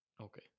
okay